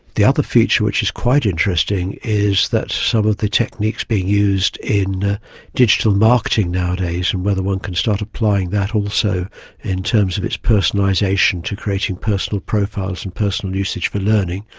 the other feature which is quite interesting is that some of the techniques being used in digital marketing nowadays and whether one can start applying that also in terms of its personalisation to creating personal profiles and personal usage for learning.